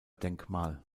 denkmal